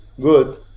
good